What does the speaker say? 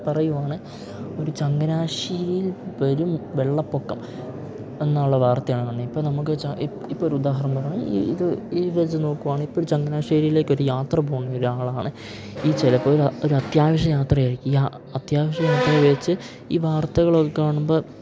പറയുവാണ് ഒരു ചങ്ങനാശ്ശേരിയിൽ പെരും വെള്ളപ്പൊക്കം എന്നുള്ള വാർത്തയാണ് വന്നത് ഇപ്പം നമുക്ക് ഇപ്പം ഒരു ഉദാഹരണമാണ് ഈ ഇത് ഈ വെച്ച് നോക്കുവാണേൽ ഇപ്പം ഒരു ചങ്ങനാശ്ശേരിയിലേക്കൊരു യാത്ര പോകുന്ന ഒരാളാണ് ഈ ചിലപ്പോൾ ഒരു ഒരത്യാവശ്യ യാത്രയായിരിക്കും യാ അത്യാവശ്യ യാത്രയിൽ വെച്ച് ഈ വാർത്തകളൊക്കെ കാണുമ്പോൾ